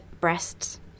breasts